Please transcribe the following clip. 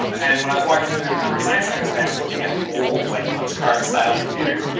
um and when i was walking through kind of our science center today, i was looking at the old like punch card style computers.